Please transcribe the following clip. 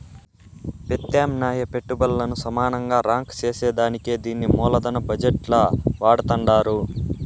పెత్యామ్నాయ పెట్టుబల్లను సమానంగా రాంక్ సేసేదానికే దీన్ని మూలదన బజెట్ ల వాడతండారు